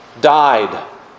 Died